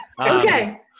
Okay